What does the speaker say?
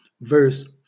verse